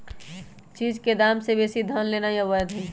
चीज के दाम से बेशी धन लेनाइ अवैध हई